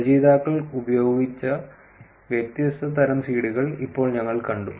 രചയിതാക്കൾ ഉപയോഗിച്ച വ്യത്യസ്ത തരം സീഡുകൾ ഇപ്പോൾ ഞങ്ങൾ കണ്ടു